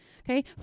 Okay